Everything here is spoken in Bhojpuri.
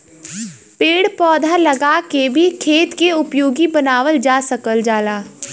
पेड़ पौधा लगा के भी खेत के उपयोगी बनावल जा सकल जाला